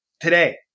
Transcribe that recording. today